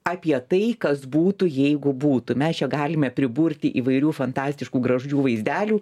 apie tai kas būtų jeigu būtų mes čia galime pridurti įvairių fantastiškų gražių vaizdelių